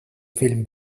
film